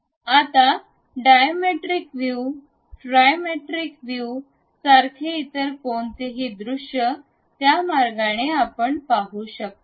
आता diametric view trimetric view diametric view trimetric view सारखे इतर कोणतेही दृश्य त्या मार्गाने आपण पाहू शकतो